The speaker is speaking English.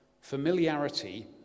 Familiarity